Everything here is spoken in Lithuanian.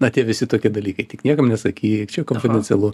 na tie visi tokie dalykai tik niekam nesakyk čia konfidencialu